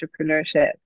entrepreneurship